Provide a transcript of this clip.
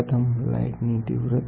પ્રથમ લાઈટ ની તીવ્રતા